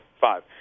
five